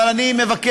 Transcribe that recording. אבל אני מבקש,